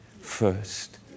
first